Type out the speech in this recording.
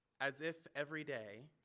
as if every day